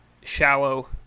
shallow